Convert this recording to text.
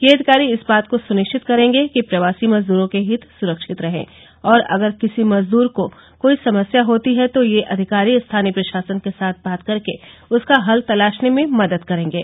यह अधिकारी इस बात को सुनिश्चित करेंगे कि प्रवासी मजदूरों के हित सुरक्षित रहे और अगर किसी मजदूर को कोई समस्या होती है तो यह अधिकारी स्थानीय प्रशासन के साथ बात करके उसका हल तलाशने में मदद करेंगे